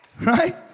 right